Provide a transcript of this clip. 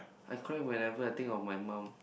I cry whenever I think of my mum